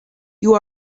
you